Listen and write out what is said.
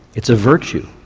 it's a virtue,